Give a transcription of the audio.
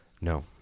No